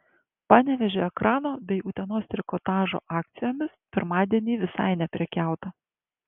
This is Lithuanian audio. panevėžio ekrano bei utenos trikotažo akcijomis pirmadienį visai neprekiauta